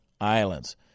Islands